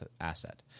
asset